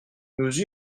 nous